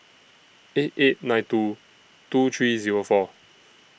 eight eight nine two two three Zero four